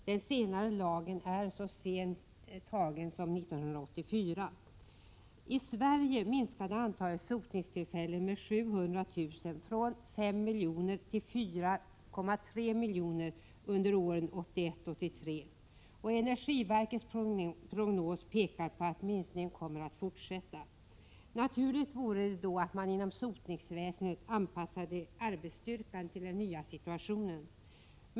Gällande lag är antagen så sent som 1984. I Sverige minskade antalet sotningstillfällen med 700 000 från 5 000 000 till 4 300 000 under åren 1981-1983. Energiverkets prognos pekar på att minskningen kommer att fortsätta. Naturligt vore då att man inom sotningsväsendet anpassade arbetsstyrkan till den nya situationen.